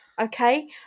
Okay